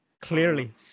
Clearly